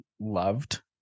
loved